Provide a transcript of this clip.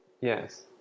Yes